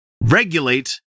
regulate